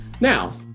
Now